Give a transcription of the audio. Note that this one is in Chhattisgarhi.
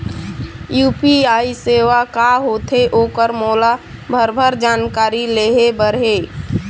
यू.पी.आई सेवा का होथे ओकर मोला भरभर जानकारी लेहे बर हे?